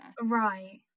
Right